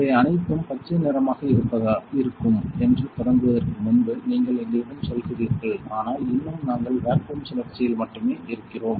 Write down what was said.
இவை அனைத்தும் பச்சை நிறமாக இருக்கும் என்று தொடங்குவதற்கு முன்பு நீங்கள் எங்களிடம் சொல்கிறீர்கள் ஆனால் இன்னும் நாங்கள் வேக்குவம் சுழற்சியில் மட்டுமே இருக்கிறோம்